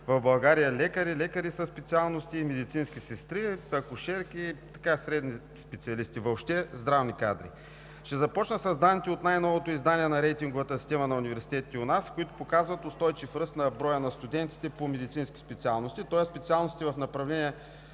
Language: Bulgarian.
в България лекари, лекари със специалност и медицински специалисти, сестри и акушерки, средни специалисти, въобще здравни кадри. Ще започна с данните от най-новото издание на рейтинговата система на университетите у нас, които показват устойчив ръст в броя на студентите по медицински специалности, тоест специалностите в направление